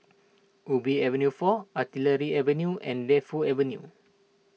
Ubi Avenue four Artillery Avenue and Defu Avenue